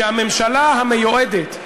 שהממשלה המיועדת,